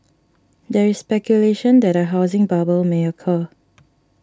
there is speculation that a housing bubble may occur